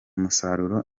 umusaruro